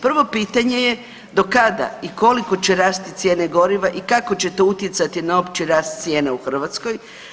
Prvo pitanje je do kada i koliko će rasti cijene goriva i kako će to utjecati na opći rast cijena u Hrvatskoj?